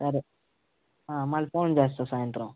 సరే మళ్లీ ఫోన్ చేస్తాను సాయంత్రం